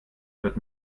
wird